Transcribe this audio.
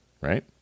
right